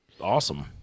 awesome